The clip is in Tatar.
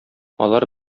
алар